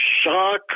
shock